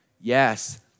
Yes